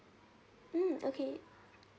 mm okay